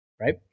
right